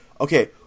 okay